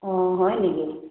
অঁ হয় নেকি